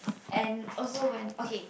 and also when okay